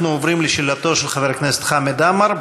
אנחנו עוברים לשאלתו של חבר הכנסת חמד עמאר,